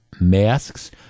masks